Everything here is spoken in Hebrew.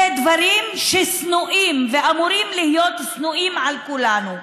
זה דברים ששנואים ואמורים להיות שנואים על כולנו.